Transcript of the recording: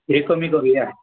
किदें कमी कोरया